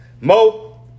Mo